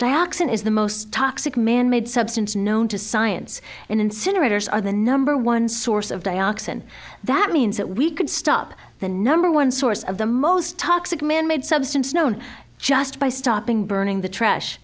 dioxin is the most toxic manmade substance known to science incinerators are the number one source of dioxin that means that we could stop the number one source of the most toxic manmade substance known just by stopping burning the trash